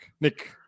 Nick